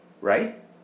right